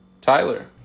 Tyler